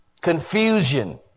confusion